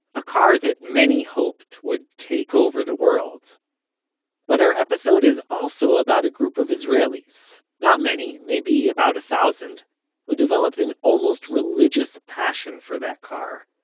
a car that many hoped would take over the world but our episode is also about a group of israelis, not many maybe about a thousand who developed an almost religious passion for that car,